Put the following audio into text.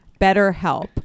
BetterHelp